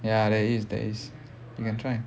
ya there is there is you can try